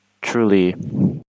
truly